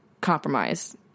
compromise